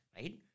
right